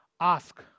ask